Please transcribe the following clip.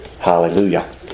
Hallelujah